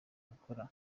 gukora